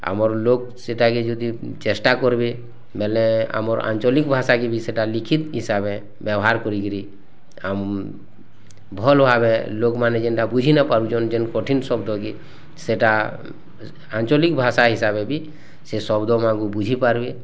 ଆମର୍ ଲୋକ୍ ସେଇଟା କି ଯଦି ଚେଷ୍ଟା କରିବେ ବେଲେ ଆମର ଆଞ୍ଚଳିକ ଭାଷା କି ବି ସେଇଟା ଲିଖିତ୍ ହିସାବେ ବ୍ୟବହାର କରି କିରି ଆମ ଭଲ ଭାବେ ଲୋକମାନେ ଯେନ୍ତା ବୁଝି ନ ପାରୁଛନ୍ ଯେନ୍ କଠିନ୍ ଶବ୍ଦ କି ସେଇଟା ଆଞ୍ଚଳିକ ଭାଷା ହିସାବେ ବି ସେ ଶବ୍ଦମାନଙ୍କୁ ବୁଝି ପାର୍ବେ